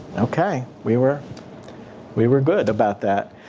okay. we were we were good about that.